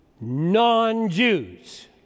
non-Jews